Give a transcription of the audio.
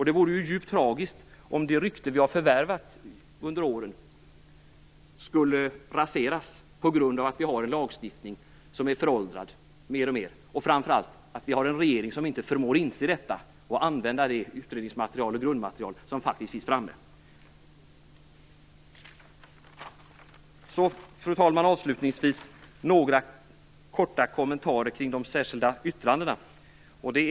Det vore djupt tragiskt om det rykte vi har förvärvat under åren skulle raseras på grund av att vi har en lagstiftning som blir mer och mer föråldrad och framför allt på grund av att vi har en regering som inte förmår inse detta och använda det utredningsmaterial som faktiskt finns framme. Fru talman! Jag vill göra några korta kommentarer kring de särskilda yttrandena.